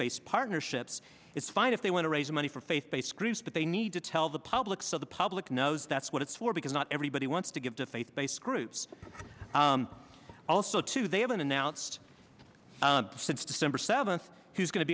based partnerships it's fine if they want to raise money for faith based groups but they need to tell the public so the public knows that's what it's for because not everybody wants to give to faith based groups also to they haven't announced since december seventh who is going to